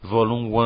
Volume